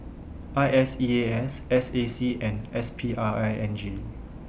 I S E A S S A C and S P R I N G